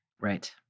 Right